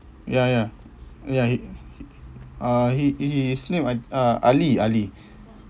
ya ya ya he uh he his name I uh ali ali